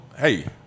hey